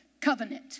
covenant